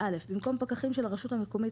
- במקום "פקחים של הרשות המקומית,